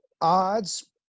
Odds